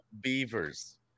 Beavers